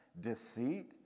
deceit